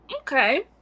okay